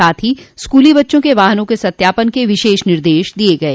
साथ ही स्कूली बच्चों के वाहनों के सत्यापन के विशेष निर्देश दिये गये